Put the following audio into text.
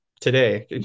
today